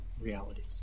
realities